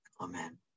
Amen